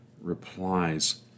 replies